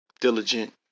diligent